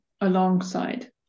alongside